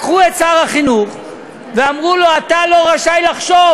לקחו את שר החינוך ואמרו לו: אתה לא רשאי לחשוב,